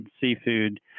seafood